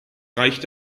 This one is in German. reicht